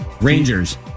Rangers